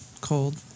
Cold